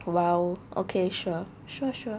!wow! okay sure sure sure